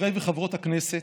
חברי וחברות הכנסת,